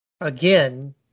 Again